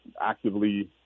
actively